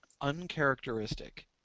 uncharacteristic